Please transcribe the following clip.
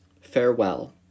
farewell